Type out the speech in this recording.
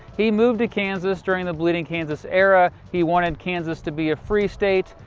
he moved to kansas during the bleeding kansas era. he wanted kansas to be a free state.